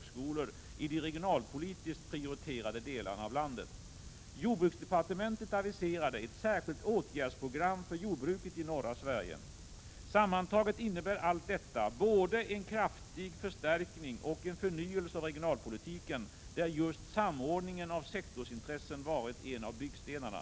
Sammantaget innebär allt detta både en kraftig förstärkning och en förnyelse av regionalpolitiken, där just samordningen av sektorsintressen varit en av byggstenarna.